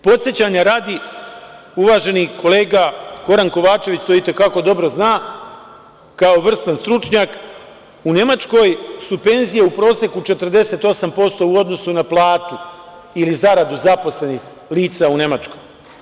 Podsećanja radi, uvaženi kolega Goran Kovačević to i te kako dobro zna kao vrstan stručnjak, u Nemačkoj su penzije u proseku 48% u odnosu na platu ili zaradu zaposlenih lica u Nemačkoj.